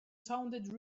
sounded